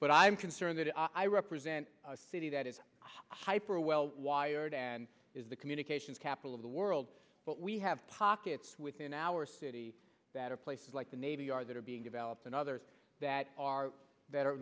but i'm concerned that i represent a city that is hyper well wired and is the communications capital of the world but we have pockets within our city that are places like the navy yard that are being developed and others that are that are